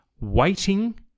waiting